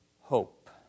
hope